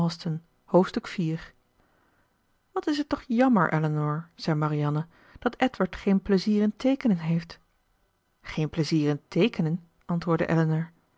hoofdstuk iv wat is het toch jammer elinor zei marianne dat edward geen plezier in teekenen heeft geen pleizier in teekenen antwoordde